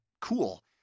cool